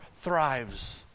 thrives